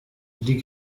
die